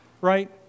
right